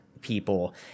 people